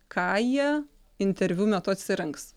ką jie interviu metu atsirinks